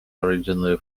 original